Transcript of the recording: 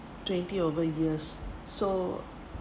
twenty over years so